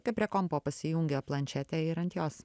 kai prie kompo pasijungia planšetė ir ant jos